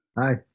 Hi